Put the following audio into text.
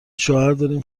شوهرداریم